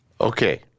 Okay